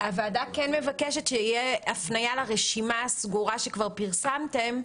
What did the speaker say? הוועדה כן מבקשת שתהיה הפנייה לרשימה הסגורה שכבר פרסמתם.